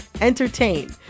entertain